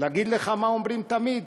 להגיד לך מה אומרים תמיד?